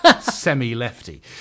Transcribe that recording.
semi-lefty